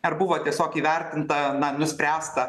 ar buvo tiesiog įvertinta nuspręsta